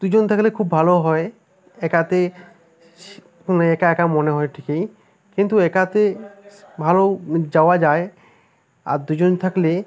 দুই জন থাকলে খুব ভালো হয় একাতে সি মানে একা একা মনে হয় ঠিকই কিন্তু একাতে ভালো যাওয়া যায় আর দুই জন থাকলে